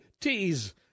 tease